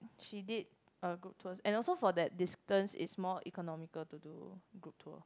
she did a group tours and also for that distance is more economical to do to do